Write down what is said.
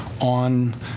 on